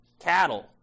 cattle